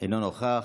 אינו נוכח.